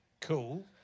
cool